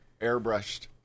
airbrushed